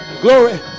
glory